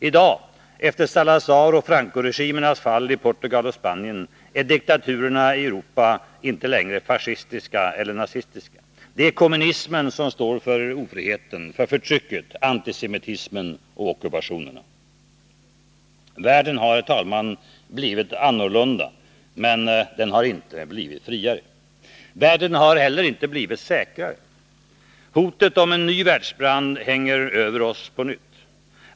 I dag, efter Salazaroch Francoregimernas fall i Portugal och Spanien, är diktaturerna i Europa inte längre fascistiska eller nazistiska. Det är kommunismen som står för ofriheten, förtrycket, antisemitismen och ockupationerna. Världen har, herr talman, blivit annorlunda, men den har inte blivit friare. Världen har inte heller blivit säkrare. Hotet om en ny världsbrand hänger över oss på nytt.